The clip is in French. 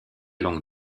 longue